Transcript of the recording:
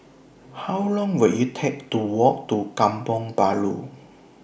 How Long Will IT Take to Walk to Kampong Bahru